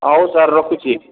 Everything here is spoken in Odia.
ହଉ ସାର୍ ରଖୁଛି